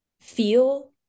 feel